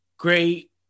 Great